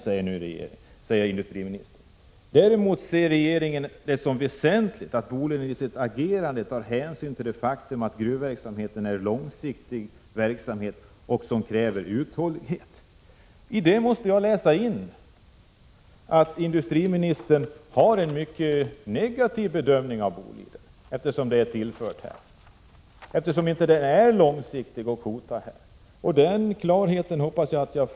Sedan säger industriministern: Däremot anser regeringen det vara väsentligt att Boliden genom sitt agerande tar hänsyn till det faktum att gruvverksamheten är en långsiktig verksamhet som kräver uthållighet. Av det måste jag utläsa att industriministern gör en mycket negativ bedömning av Boliden, vilket jag hoppas blir bestyrkt här i ett inlägg från industriministern.